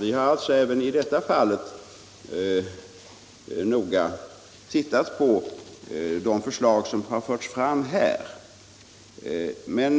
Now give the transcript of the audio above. Vi har alltså även i detta fall noggrant granskat de förslag som förts fram, men varken den första frågan